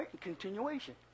continuation